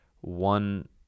one